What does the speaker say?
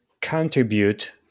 contribute